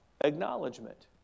acknowledgement